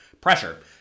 pressure